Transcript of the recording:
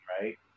right